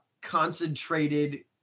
concentrated